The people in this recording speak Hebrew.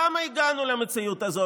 למה הגענו למציאות הזאת,